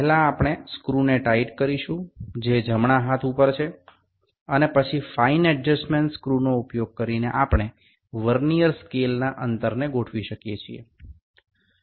પહેલા આપણે સ્ક્રૂને ટાઈટ કરીશું જે જમણા હાથ પર છે અને પછી ફાઇન એડજસ્ટમેન્ટ સ્ક્રૂનો ઉપયોગ કરીને આપણે વર્નિયર સ્કેલના અંતરને ગોઠવી શકીએ છે